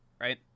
right